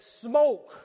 smoke